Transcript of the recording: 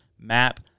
map